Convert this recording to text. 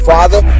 Father